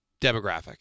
demographic